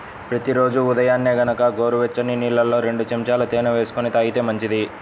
ప్రతి రోజూ ఉదయాన్నే గనక గోరువెచ్చని నీళ్ళల్లో రెండు చెంచాల తేనె వేసుకొని తాగితే మంచిది